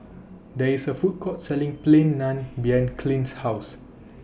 There IS A Food Court Selling Plain Naan behind Clint's House